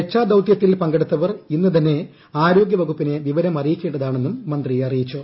രക്ഷാദൌതൃത്തിൽ പങ്കെടുത്തവർ ഇന്ന് തന്നെ ആരോഗൃ വകുപ്പിനെ വിവരം അറിയിക്കേണ്ട താണെന്നും മന്ത്രി അറിയിച്ചു